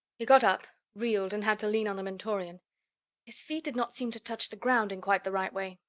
he got up, reeled and had to lean on the mentorian his feet did not seem to touch the ground in quite the right way.